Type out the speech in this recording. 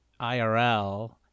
IRL